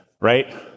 right